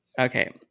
Okay